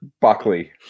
Buckley